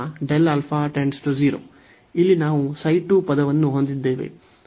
ಇಲ್ಲಿ ನಾವು ξ 2 ಪದವನ್ನು ಹೊಂದಿದ್ದೇವೆ